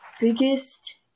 biggest